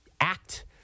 act